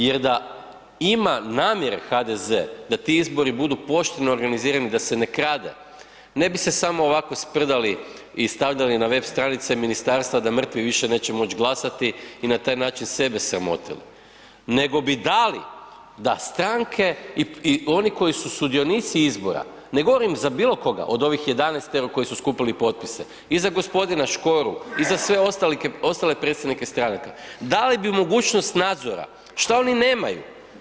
Jer da ima namjere HDZ da ti izbori budu pošteno organizirani i da se ne krade, ne bi se samo ovako sprdali i stavljali na web stranice ministarstva da mrtvi više neće moći glasati i na taj način sebe sramotili nego bi dali da stranke i oni koji su sudionici izbora, ne govorim za bilo koga od ovih 11 koji su skupili potpise i za g. Škoru i za sve ostale predstavnike stranaka, dali bi mogućnost nadzora što oni nemaju.